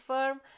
Firm